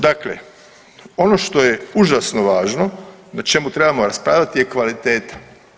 Dakle ono što je užasno važno, na čemu trebamo raspravljati je kvaliteta.